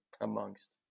amongst